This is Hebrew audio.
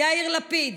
יאיר לפיד.